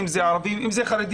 אם זה ערבים ואם זה חרדים,